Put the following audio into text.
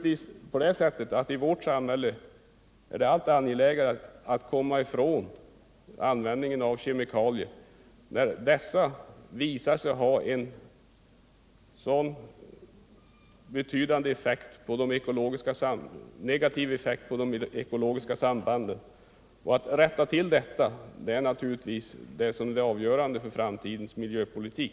I vårt samhälle är det alltmer angeläget att komma ifrån användningen av kemikalier, när dessa visar sig ha en så betydande negativ effekt på de ekologiska sambanden. Att söka rätta till detta måste naturligtvis vara det avgörande för framtidens miljöpolitik.